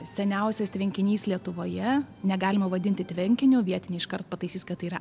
seniausias tvenkinys lietuvoje negalima vadinti tvenkiniu vietiniai iškart pataisys kad tai yra